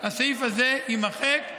הסעיף הזה יימחק,